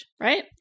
right